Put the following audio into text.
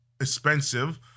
expensive